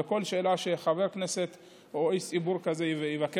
וכל שאלה שחבר כנסת או איש ציבור יבקש,